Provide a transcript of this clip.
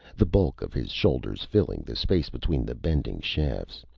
the bulk of his shoulders filling the space between the bending shafts.